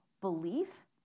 belief